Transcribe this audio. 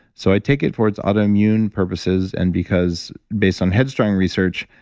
so i take it for its autoimmune purposes, and because, based on head strong research,